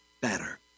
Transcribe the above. better